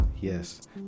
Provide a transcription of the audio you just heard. yes